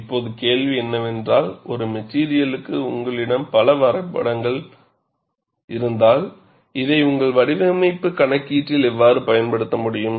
இப்போது கேள்வி என்னவென்றால் ஒரு மெட்டிரியலுக்கு உங்களிடம் பல வரைபடங்கள் இருந்தால் இதை உங்கள் வடிவமைப்பு கணக்கீட்டில் எவ்வாறு பயன்படுத்த முடியும்